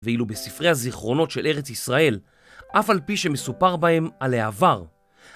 ואילו בספרי הזיכרונות של ארץ ישראל, אף על פי שמסופר בהם על העבר.